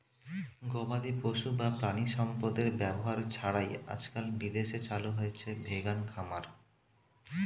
গবাদিপশু বা প্রাণিসম্পদের ব্যবহার ছাড়াই আজকাল বিদেশে চালু হয়েছে ভেগান খামার